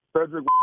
cedric